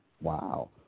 Wow